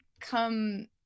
come